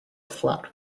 flat